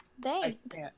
Thanks